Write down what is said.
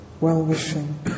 well-wishing